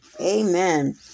Amen